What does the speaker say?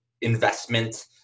investment